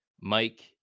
Mike